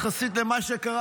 יחסית למה שקרה,